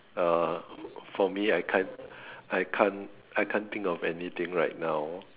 uh for me I can't I can't I can't think of anything right now